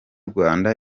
rwanda